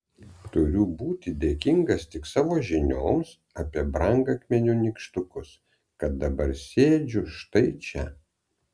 turiu būti dėkingas tik savo žinioms apie brangakmenių nykštukus kad dabar sėdžiu štai čia